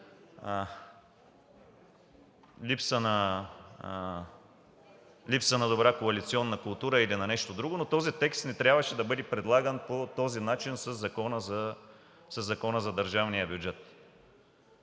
липса на добра коалиционна култура, или на нещо друго, но този текст не трябваше да бъде предлаган по този начин – със Закона за държавния бюджет.